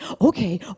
okay